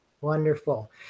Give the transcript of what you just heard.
Wonderful